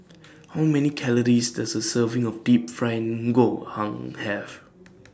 How Many Calories Does A Serving of Deep Fried Ngoh Hiang Have